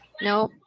No